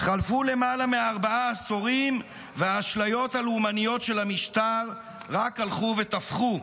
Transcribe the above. חלפו למעלה מארבעה עשורים והאשליות הלאומניות של המשטר רק הלכו ותפחו.